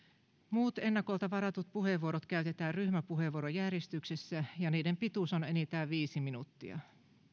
muut ennakolta varatut puheenvuorot käytetään ryhmäpuheenvuorojärjestyksessä ja niiden pituus on enintään viisi minuuttia